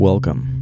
Welcome